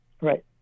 Right